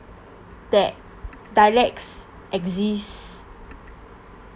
that dialects exist